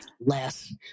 less